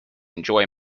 enjoy